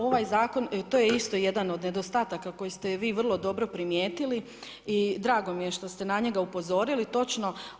Ovaj zakon, ot je isto jedan od nedostataka, koji ste vi vrlo dobro primijetili i drago mi je što ste na njega upozorili točno.